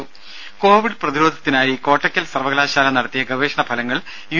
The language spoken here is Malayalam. രുര കോവിഡ് പ്രതിരോധത്തിനായി കോട്ടക്കൽ സർവ്വകലാശാല നടത്തിയ ഗവേഷണ ഫലങ്ങൾ യു